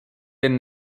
den